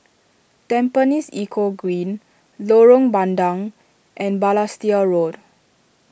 Tampines Eco Green Lorong Bandang and Balestier Road